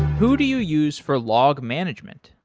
who do you use for log management?